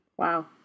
Wow